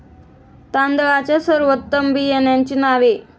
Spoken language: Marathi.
तांदळाच्या सर्वोत्तम बियाण्यांची नावे?